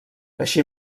així